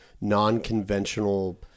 non-conventional